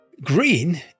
green